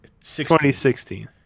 2016